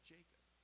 Jacob